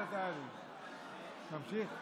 להמשיך,